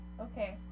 okay